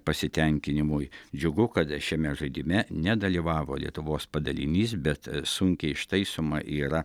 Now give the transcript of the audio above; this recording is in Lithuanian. pasitenkinimui džiugu kad šiame žaidime nedalyvavo lietuvos padalinys bet sunkiai ištaisoma yra